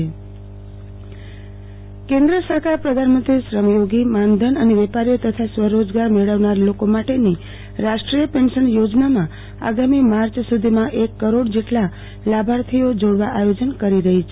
આરતીબેન ભદ્દ રાષ્ટ્રીય પેન્શન યોજના કેન્દ્ર સરકાર પ્રધાનમંત્રી શ્રમયોગી માનધન અને વેપારીઓ તથા સ્વરોજગાર મેળવનાર લોકો માટેની રાષ્ટ્રીય પેન્શન યોજનામાં આગામી માર્ચ સુ ધીમાં એક કરોડ જેટલા લાભાર્થીઓ જોડાવા આયોજન કરી રહ્યા છે